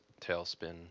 Tailspin